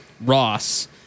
Ross